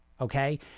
Okay